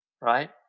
right